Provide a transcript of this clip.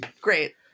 great